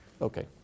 Okay